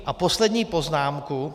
A poslední poznámka.